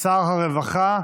שר הרווחה